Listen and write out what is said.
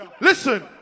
Listen